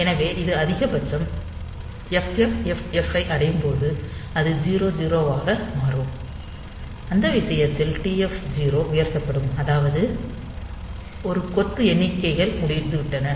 எனவே இது அதிகபட்ச FFFFH ஐ அடையும் போது அது 0000 ஆக மாறும் அந்த விஷயத்தில் TF0 உயர்த்தப்படும் அதாவது 1 கொத்து எண்ணிக்கைகள் முடிந்துவிட்டன